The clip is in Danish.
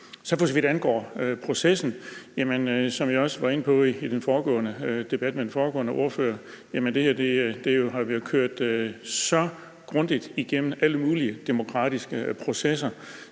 For så vidt angår processen, var jeg også inde på i debatten med den foregående ordfører, at det her har været kørt så grundigt igennem alle mulige demokratiske processer.